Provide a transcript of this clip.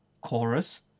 chorus